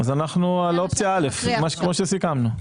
אנחנו על אופציה א', כפי שסיכמנו.